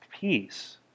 peace